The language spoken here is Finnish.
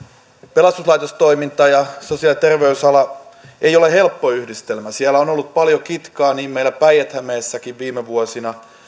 pelastuslaitostoiminta ja sosiaali ja terveysala eivät ole helppo yhdistelmä siellä on ollut paljon kitkaa meillä päijät hämeessäkin viime vuosina